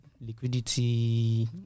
liquidity